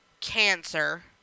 cancer